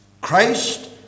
Christ